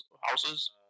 houses